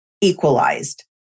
equalized